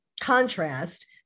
contrast